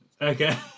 Okay